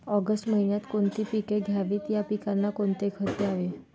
August महिन्यात कोणती पिके घ्यावीत? या पिकांना कोणते खत द्यावे?